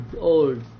old